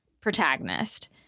protagonist